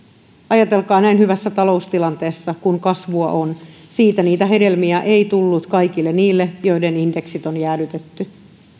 ajatelkaa näin hyvässä taloustilanteessa kun kasvua on siitä niitä hedelmiä jakaa kaikille niille joiden indeksit on jäädytetty kyllä minun